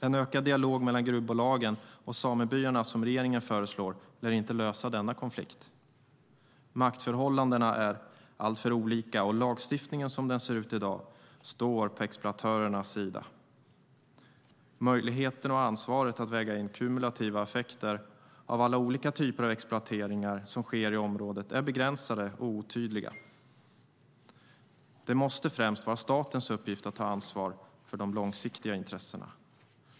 En ökad dialog mellan gruvbolagen och samebyarna, som regeringen föreslår, lär inte lösa denna konflikt. Maktförhållandena är alltför olika, och lagstiftningen som den ser ut i dag står på exploatörernas sida. Möjligheten och ansvaret att väga in kumulativa effekter av alla olika typer av exploateringar som sker i området är begränsat och otydligt. Det måste främst vara statens uppgift att ta ansvar för de långsiktiga intressena.